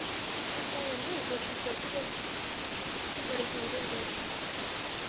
हां कोई निं कोशश करगे पर क्योंकि बड़े सूट होंदे